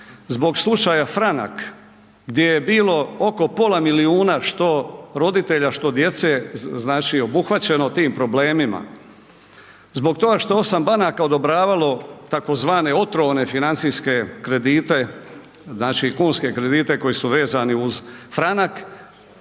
zbog slučaja Franak gdje je bilo oko pola milijuna što roditelja, što djece, znači obuhvaćeno tim problemima, zbog toga što je 8 banaka odobravalo tzv. otrovne financijske kredite, znači kunske kredite koji su vezani uz franak,